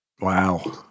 wow